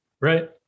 right